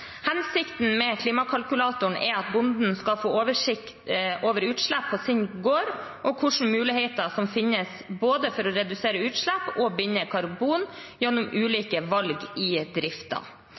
Hensikten med klimakalkulatoren er at bonden skal få oversikt over utslipp på sin gård og hvilke muligheter som finnes, både for å redusere utslipp og for å binde karbon, gjennom ulike valg i